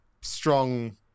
strong